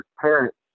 parents